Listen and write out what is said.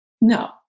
No